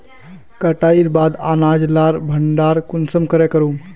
कटाईर बाद अनाज लार भण्डार कुंसम करे करूम?